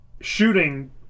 shooting